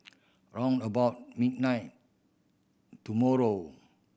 round about midnight tomorrow